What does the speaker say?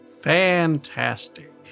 fantastic